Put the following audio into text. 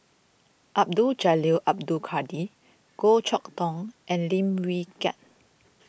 Abdul Jalil Abdul Kadir Goh Chok Tong and Lim Wee Kiak